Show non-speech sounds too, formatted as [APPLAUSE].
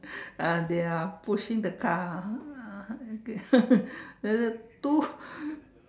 uh they are pushing the car ha uh [LAUGHS] the the two